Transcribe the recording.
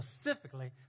specifically